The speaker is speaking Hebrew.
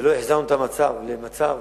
ולא החזרנו את היישוב למצב